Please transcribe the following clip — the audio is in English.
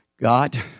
God